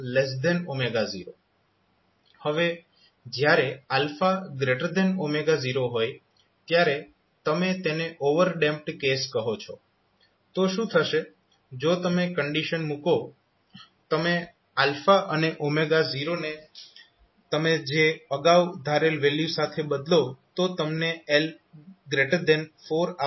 હવે જ્યારે 0 હોય ત્યારે તમે તેને ઓવરડેમ્પ્ડ કેસ કહો છો તો શું થશે જો તમે કંડીશન મૂકો તમે અને 0 ને તમે જે અગાઉ ધારેલ વેલ્યુ સાથે બદલો તો તમને L4R2C કંડીશન મળશે